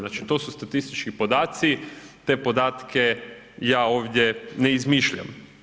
Znači to su statistički podaci, te podatke ja ovdje ne izmišljam.